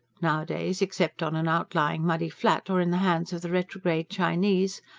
nowadays, except on an outlying muddy flat or in the hands of the retrograde chinese,